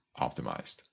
optimized